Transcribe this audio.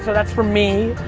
that's from me,